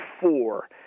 four